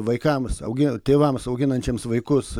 vaikams augin tėvams auginantiems vaikus